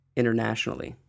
internationally